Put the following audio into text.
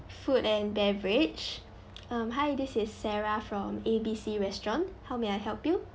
food and beverage um hi this is sarah from A B C restaurant how may I help you